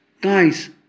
guys